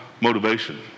motivation